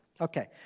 Okay